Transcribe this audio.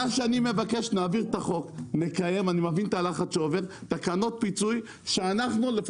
מה שאני מבקש זה שנעביר את החוק ונקיים תקנות פיצוי שאנחנו נדע,